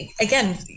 again